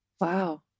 Wow